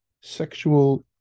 sexual